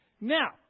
Now